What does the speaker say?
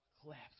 collapse